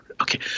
Okay